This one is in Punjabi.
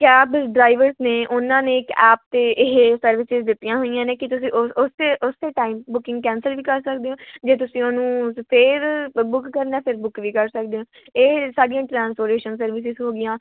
ਕੈਬ ਡ੍ਰਾਇਵਰਸ ਨੇ ਉਨ੍ਹਾਂ ਨੇ ਇੱਕ ਐੱਪ 'ਤੇ ਇਹ ਸਰਵਿਸਿਜ ਦਿੱਤੀਆਂ ਹੋਈਆਂ ਨੇ ਕਿ ਤੁਸੀਂ ਓ ਓਸੇ ਓਸੇ ਟਾਈਮ ਬੁਕਿੰਗ ਕੈਂਸਲ ਵੀ ਕਰ ਸਕਦੇ ਹੋ ਜੇ ਤੁਸੀਂ ਉਹਨੂੰ ਫਿਰ ਬੁੱਕ ਕਰਨਾ ਫਿਰ ਬੁੱਕ ਵੀ ਕਰ ਸਕਦੇ ਹੋ ਇਹ ਸਾਡੀਆਂ ਟਰਾਂਪੋਰਟੇਸ਼ਨ ਸਰਵਿਸਿਸ ਹੋ ਗਈਆਂ